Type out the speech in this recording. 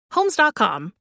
Homes.com